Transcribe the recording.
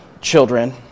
children